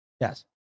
yes